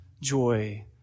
joy